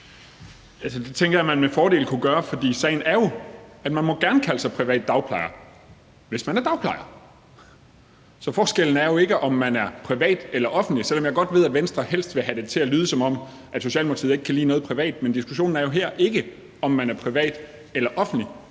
Det tænker jeg at man med fordel kunne gøre, for sagen er jo, at man gerne må kalde sig privat dagplejer, hvis man er dagplejer. Så forskellen er jo ikke, om man er privat eller offentlig, selv om jeg godt ved, at Venstre helst vil have det til at lyde, som om Socialdemokratiet ikke kan lide noget privat, men diskussionen her drejer jo ikke om, om man er privat eller offentlig.